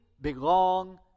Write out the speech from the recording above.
belong